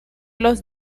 los